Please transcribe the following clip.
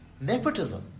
Nepotism